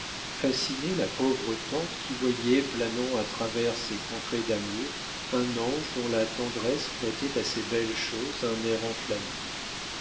fascinaient la pauvre tante qui voyait planant à travers ces contrées d'amour un ange dont la tendresse prêtait à ces belles choses un air enflammé